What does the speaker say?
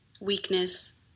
weakness